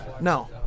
No